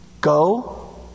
go